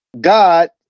God